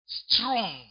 strong